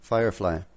Firefly